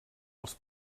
els